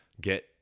get